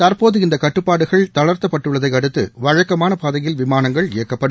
தற்போது இந்தகட்டுப்பாடுகள் தளா்த்தப்பட்டுள்ளதைஅடுத்துவழக்கமானபாதையில் விமானங்கள் இயக்கப்படும்